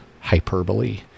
hyperbole